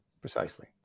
Precisely